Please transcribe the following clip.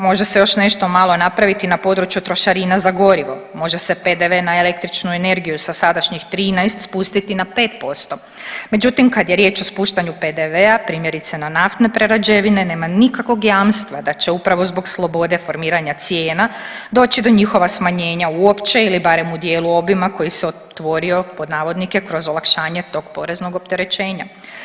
Može se još nešto malo napraviti na području trošarina za gorivo, može se PDV na električnu energiju sa sadašnjih 13, spustiti na 5%, međutim, kada je riječ o spuštanju PDV-a, primjerice, na naftne prerađevine, nema nikakvog jamstva da će upravo zbog slobode formiranja cijena doći do njihova smanjenja uopće ili barem u dijelu obima koji se otvorio, pod navodnike, kroz olakšanje tog poreznog opterećenja.